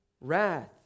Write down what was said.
wrath